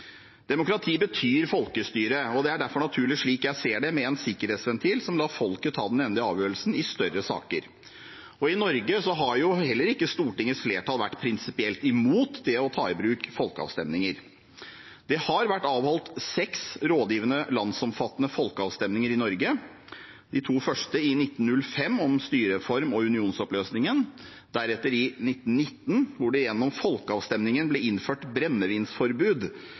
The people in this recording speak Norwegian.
Demokrati betyr folkestyre, og det er derfor naturlig, slik jeg ser det, med en sikkerhetsventil som lar folket ta den endelige avgjørelsen i større saker. I Norge har jo heller ikke Stortingets flertall vært prinsipielt imot det å ta i bruk folkeavstemninger. Det har vært avholdt seks rådgivende landsomfattende folkeavstemninger i Norge, de to første i 1905 om styreform og unionsoppløsningen, deretter i 1919, hvor det gjennom folkeavstemning ble innført brennevinsforbud,